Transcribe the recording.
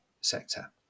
sector